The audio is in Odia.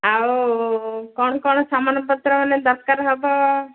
ଆଉ କ'ଣ କ'ଣ ସାମାନ ପତ୍ର ମାନେ ଦରକାର ହେବ